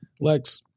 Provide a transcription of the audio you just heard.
Lex